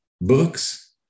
books